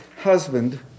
husband